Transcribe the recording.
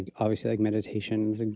obviously, like meditations, and